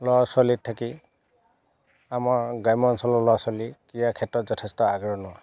ল'ৰা ছোৱালীত থাকি আমাৰ গ্ৰাম্য অঞ্চলৰ ল'ৰা ছোৱালী ক্ৰীড়াৰ ক্ষেত্ৰত যথেষ্ট আগৰণুৱা